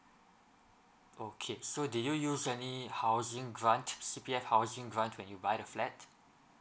okay so did you use any housing grant C_P_F housing grant when you buy the flat